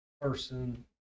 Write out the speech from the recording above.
person